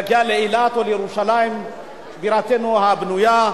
להגיע לאילת או לירושלים בירתנו הבנויה.